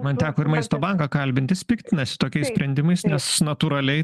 man teko ir maisto banką kalbintis piktinasi tokiais sprendimais nes natūraliai